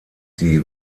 die